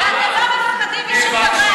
אתם לא מפחדים משום דבר.